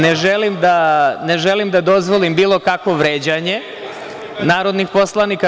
Ne želim da dozvolim bilo kakvo vređanje narodnih poslanika.